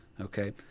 Okay